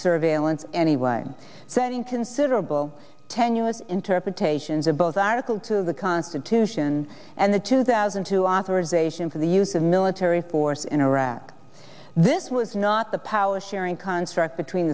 survey allowance anyway setting considerable tenuous interpretations of both article two of the constitution and the two thousand and two authorization for the use of military force in iraq this was not the power sharing construct between